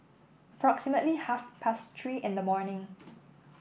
approximately half past Three in the morning